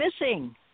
missing